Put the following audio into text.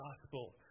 Gospel